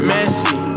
Messy